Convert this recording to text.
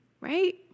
right